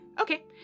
Okay